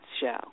show